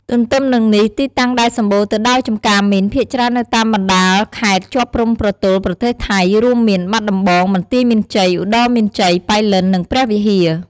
ទន្ទឹមនិងនេះទីតាំងដែលដែលសម្បូរទៅដោយចម្ការមីន ភាគច្រើននៅតាមបណ្តាលខេត្តជាប់ព្រំប្រទល់ប្រទេសថៃ រួមមាន បាត់ដំបង បន្ទាយមានជ័យ ឧត្តរមានជ័យ ប៉ៃលិន និងព្រះវិហារ។